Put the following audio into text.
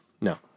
No